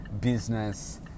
business